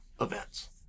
events